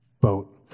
boat